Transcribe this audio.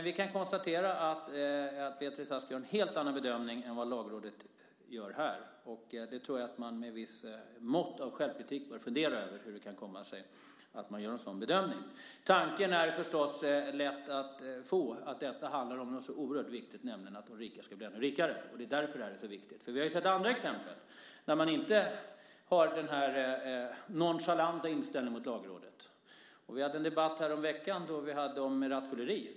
Vi kan konstatera att Beatrice Ask gör en helt annan bedömning än Lagrådet. Med ett visst mått av självkritik bör man fundera över hur det kan komma sig att man gör en sådan bedömning. Det är naturligtvis lätt att tänka att detta handlar om något så oerhört viktigt som att de rika ska bli ännu rikare. Vi har sett andra exempel där man inte har den här nonchalanta inställningen till Lagrådet. Vi hade en debatt häromveckan om rattfylleri.